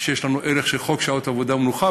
שיש לנו ערך של חוק שעות עבודה ומנוחה,